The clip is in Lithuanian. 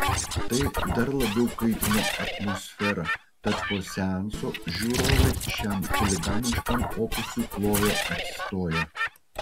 tai dar labiau kaitino atmosferą tad po seanso žiūrovai šiam chuliganiškam opusui plojo atsistoję